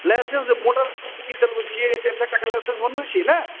licence जे motorcycle चलबै छिए चारि चक्काके लाइसेन्स बनबै छिए ने